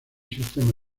sistema